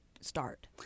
start